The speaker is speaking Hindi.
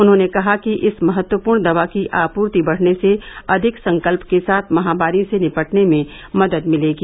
उन्होंने कहा कि इस महत्वपूर्ण दवा की आपूर्ति बढ़ने से अधिक संकल्प के साथ महामारी से निपटने में मदद मिलेगी